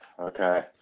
Okay